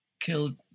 killed